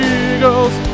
eagles